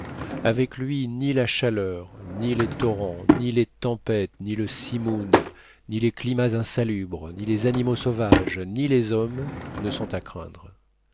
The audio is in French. avec lui ni la chaleur ni les torrents ni les tempêtes ni le simoun ni les climats insalubres ni les animaux sauvages ni les hommes ne sont à craindre